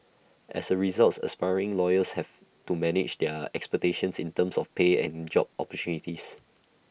as A result aspiring lawyers have to manage their expectations in terms of pay and job opportunities